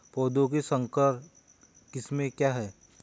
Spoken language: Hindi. पौधों की संकर किस्में क्या हैं?